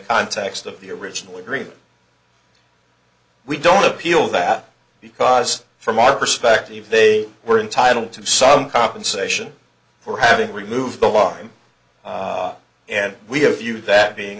context of the original agreement we don't appeal that because from our perspective they were entitled to some compensation for having removed the alarm and we have you that being